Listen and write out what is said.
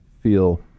feel